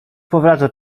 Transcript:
powraca